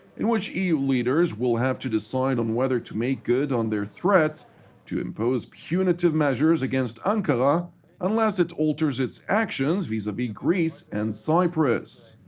in which eu leaders will have to decide on whether to make good on their threat to impose punitive measures against ankara unless it alters its actions vis-a-vis greece and cyprus.